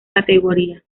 categoría